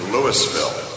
Louisville